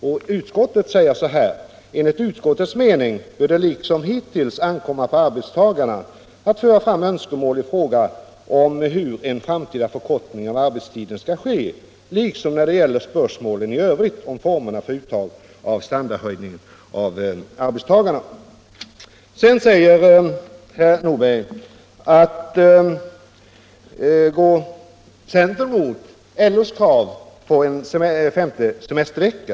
Och utskottet skrev den gången på s. 17 i sitt betänkande nr 7: ”Enligt utskottets mening bör det liksom hittills ankomma på arbetstagarna att föra fram önskemål i fråga om hur en framtida förkortning av arbetstiden skall ske liksom när det gäller spörsmålen i övrigt om formerna för uttag av standardhöjningar för arbetstagarna.” Sedan sade herr Nordberg att centern går emot LO:s krav på en femte semestervecka.